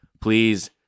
please